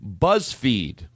BuzzFeed